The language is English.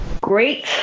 great